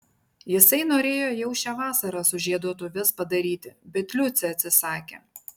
jisai norėjo jau šią vasarą sužieduotuves padaryti bet liucė atsisakė